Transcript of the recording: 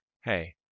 hey